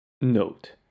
Note